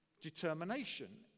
determination